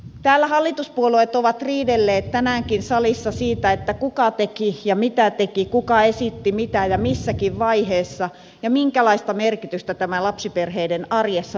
täällä hallituspuolueet ovat riidelleet tänäänkin salissa siitä kuka teki ja mitä teki kuka esitti mitä ja missäkin vaiheessa ja minkälaista merkitystä tämä lapsiperheiden arjessa näyttelee